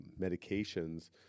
medications